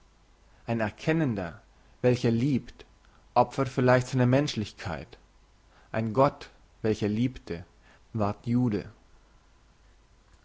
ein erkennender welcher liebt opfert vielleicht seine menschlichkeit ein gott welcher liebte ward jude